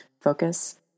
focus